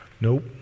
Nope